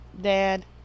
dad